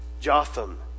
Jotham